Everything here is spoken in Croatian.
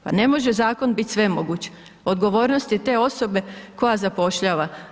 Pa ne može zakon bit svemoguć, odgovornost je te osobe koja zapošljava.